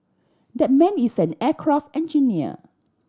that man is an aircraft engineer